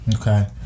Okay